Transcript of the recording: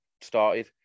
started